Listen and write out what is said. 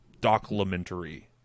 documentary